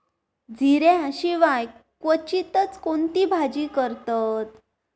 जिऱ्या शिवाय क्वचितच कोणती भाजी करतत